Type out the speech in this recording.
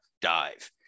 dive